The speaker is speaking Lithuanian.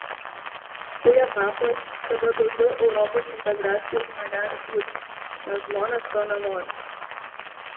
tai etapas kada daugiau europos integracijos negali būti nes žmonės to nenori